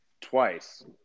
twice